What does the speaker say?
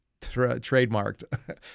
Trademarked